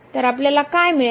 तर आपल्याला काय मिळेल